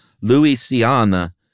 Louisiana